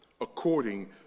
according